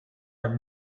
are